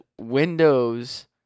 Windows